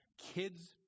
kids